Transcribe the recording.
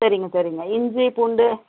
சரிங்க சரிங்க இஞ்சி பூண்டு